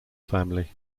family